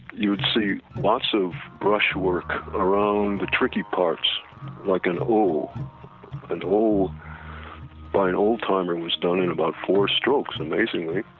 you would see lots of brushwork around the tricky parts like an o and an o by an old-timer was done in about four strokes amazingly.